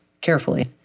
carefully